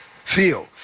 Feel